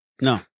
No